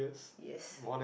yes